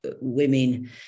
women